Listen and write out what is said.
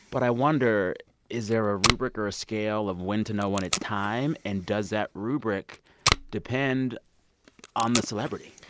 but i wonder is there a rubric or a scale of when to know when it's time? and does that rubric depend on the celebrity?